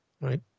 right